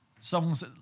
Songs